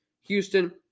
Houston